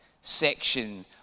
section